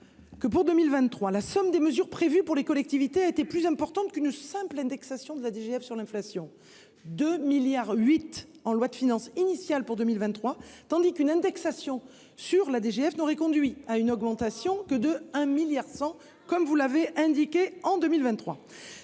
que, pour 2023, la somme des mesures prévues pour les collectivités a été plus importante qu'une simple indexation de la DGF sur l'inflation : 2,8 milliards d'euros ont été inscrits en loi de finances initiale pour 2023 alors qu'une indexation sur la DGF n'aurait conduit qu'à une augmentation de 1,1 milliard d'euros en 2023.